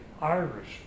Irish